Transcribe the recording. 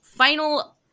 Final